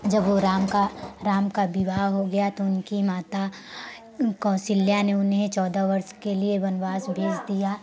जब वह राम का राम का विवाह हो गया तो उनकी माता कौशल्या ने उन्हें चौदह वर्ष के लिए वनवास भेज दिया